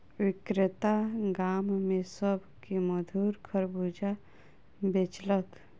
विक्रेता गाम में सभ के मधुर खरबूजा बेचलक